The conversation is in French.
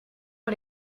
sur